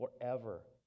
forever